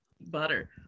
butter